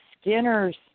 Skinner's